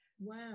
Wow